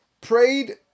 prayed